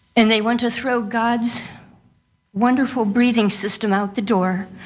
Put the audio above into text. and they want to throw god's wonderful breathing system out the door.